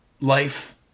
life